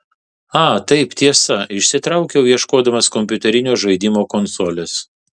a taip tiesa išsitraukiau ieškodamas kompiuterinio žaidimo konsolės